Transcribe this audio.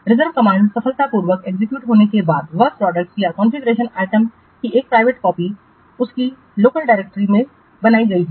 reserve command सफलतापूर्वक execute होने के बाद वर्क प्रोडक्टस या कॉन्फ़िगरेशन आइटम की एक प्राइवेट कॉपी उसकी लोकल डायरेक्टरी में बनाई गई है